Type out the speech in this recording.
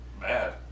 bad